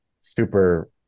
super